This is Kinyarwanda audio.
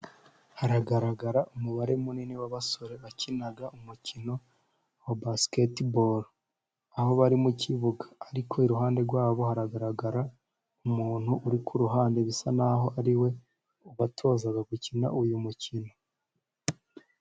Hagaragara umubare munini w'abasore wakinaga umukino wa basiketiboro, aho bari mu kibuga ariko iruhande rwabo haragaragara umuntu uri ku ruhande, bisa n'aho ari we ubatoza gukina uyu mukino.